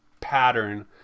pattern